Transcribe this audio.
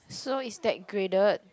so is that graded